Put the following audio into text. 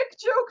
Joke